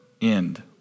end